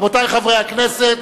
רבותי חברי הכנסת,